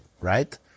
right